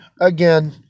again